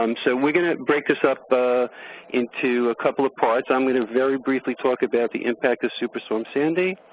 um so we're going to break this up into a couple of parts. i'm going to very briefly talk about the impact of superstorm sandy.